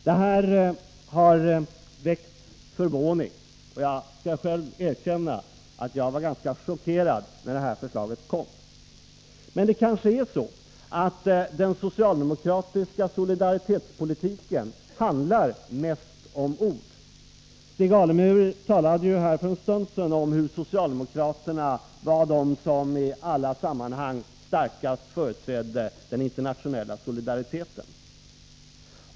Det här har väckt förvåning. Jag skall erkänna att jag själv blev ganska chockerad när förslaget kom. Men det kanske är så att den socialdemokratiska solidaritetspolitiken handlar mest om ord. Stig Alemyr talade för en stund sedan om att socialdemokraterna var de som i alla sammanhang starkast företrädde den internationella solidariteten.